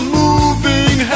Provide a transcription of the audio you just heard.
moving